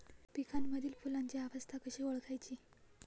पिकांमधील फुलांची अवस्था कशी ओळखायची?